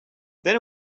then